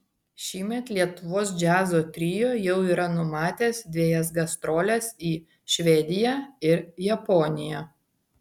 šįmet lietuvos džiazo trio jau yra numatęs dvejas gastroles į švediją ir japoniją